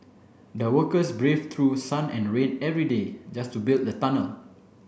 the workers braved through sun and rain every day just to build the tunnel